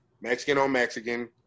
Mexican-on-Mexican